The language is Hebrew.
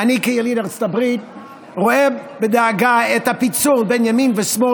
כיליד ארצות הברית אני רואה בדאגה את הפיצול בין ימין לשמאל